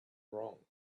wrong